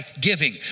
giving